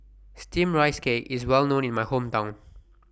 Steamed Rice Cake IS Well known in My Hometown